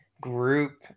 group